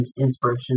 inspiration